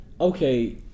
Okay